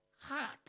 heart